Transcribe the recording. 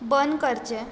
बंद करचें